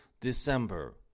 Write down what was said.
December